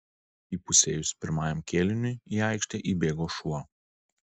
įpusėjus pirmajam kėliniui į aikštę įbėgo šuo